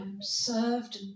served